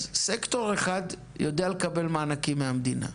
אז סקטור אחד יודע לקבל מענקים מהמדינה.